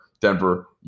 Denver